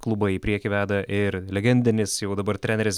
klubą į priekį veda ir legendinis jau dabar treneris